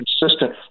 consistent